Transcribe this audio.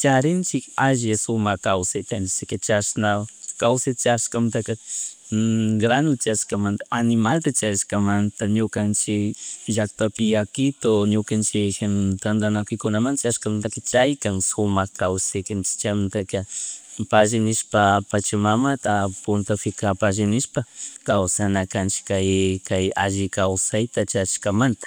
charinchik alli shumak kawsayta entonceska chashna kawsayta charishkamantaka grano charishkamanta, animalta charishkamanta, ñukanchik llacktapi yakito, ñukanchik tandanakuykunamanta chariskamanta chaykan sumak kawsay entonces chaymantaka pachamamata, puntapika palli nishpa kawsanakanchik kay kay alli kawsayta charishkamanta